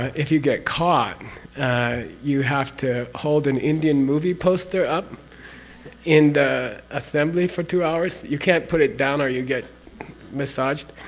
if you get caught you have to hold an indian movie poster up in the assembly for two hours. you can't put it down or you get massaged.